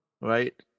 right